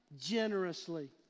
generously